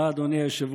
תודה, אדוני היושב-ראש.